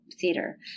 theater